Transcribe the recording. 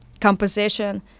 composition